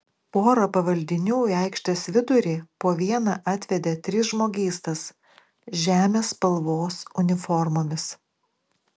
pora pavaldinių į aikštės vidurį po vieną atvedė tris žmogystas žemės spalvos uniformomis